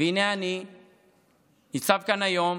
והינה אני ניצב כאן היום